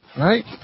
Right